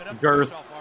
Girth